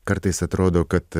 kartais atrodo kad